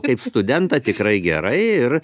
kaip studentą tikrai gerai ir